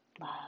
love